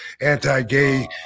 anti-gay